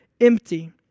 empty